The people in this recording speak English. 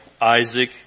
Isaac